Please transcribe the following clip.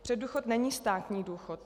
Předdůchod není státní důchod.